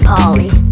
Polly